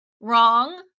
wrong